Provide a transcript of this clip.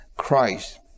Christ